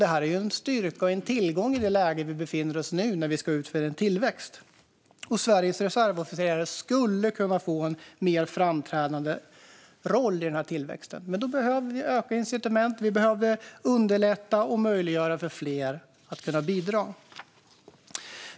Det är en styrka och en tillgång i den situation vi nu befinner oss i med tillväxt. Sveriges reservofficerare skulle kunna få en mer framträdande roll i tillväxten, men då behöver vi öka incitamenten, underlätta och göra det möjligt för fler att bidra.